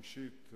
ממשית,